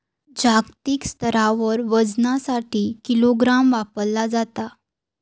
जागतिक स्तरावर वजनासाठी किलोग्राम वापरला जाता